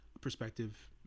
perspective